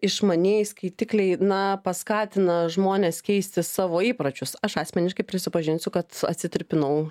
išmanieji skaitikliai na paskatina žmones keisti savo įpročius aš asmeniškai prisipažinsiu kad atsitirpinau